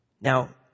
Now